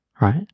Right